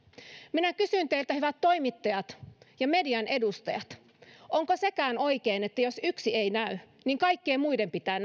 minä kysyn teiltä hyvät toimittajat ja median edustajat onko sekään oikein että jos yksi ei näy kaikkien muiden pitää